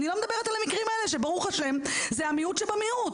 אני לא מדברת על המקרים האלה שברוך השם הם המיעוט שבמיעוט.